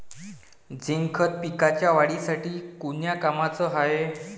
Zinc खत पिकाच्या वाढीसाठी कोन्या कामाचं हाये?